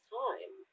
time